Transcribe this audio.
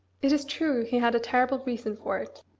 it is true he had a terrible reason for it.